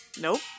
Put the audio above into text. Nope